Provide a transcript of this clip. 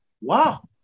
wow